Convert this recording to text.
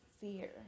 fear